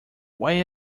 why